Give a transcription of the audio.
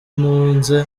ntunze